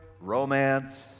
romance